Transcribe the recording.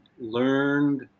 learned